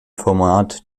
format